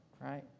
right